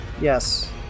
Yes